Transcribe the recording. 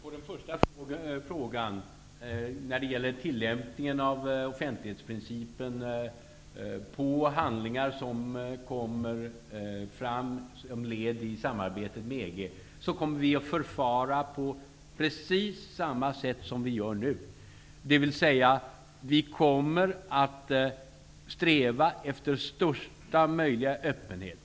Herr talman! På den första frågan, om tillämpningen av offentlighetsprincipen på handlingar som kommer fram som led i samarbetet med EG, kan jag svara att vi kommer att förfara på precis samma sätt som vi gör nu, dvs. att vi kommer att sträva efter största möjliga öppenhet.